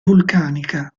vulcanica